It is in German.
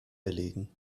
belegen